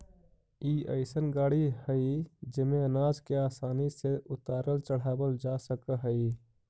ई अइसन गाड़ी हई जेमे अनाज के आसानी से उतारल चढ़ावल जा सकऽ हई